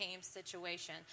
situation